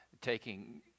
taking